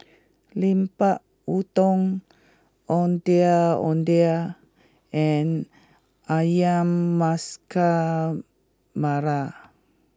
Lemper Udang Ondeh Ondeh and Ayam Masak Merah